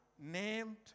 named